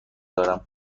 دارم